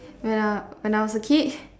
when I when I was a kid